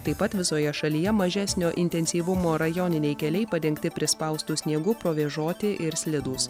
taip pat visoje šalyje mažesnio intensyvumo rajoniniai keliai padengti prispaustu sniegu provėžoti ir slidūs